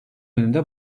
önünde